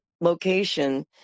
location